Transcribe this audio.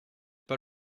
pas